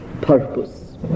purpose